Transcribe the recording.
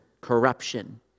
corruption